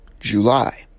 July